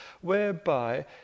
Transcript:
whereby